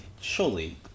Surely